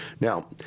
Now